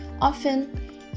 Often